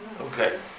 okay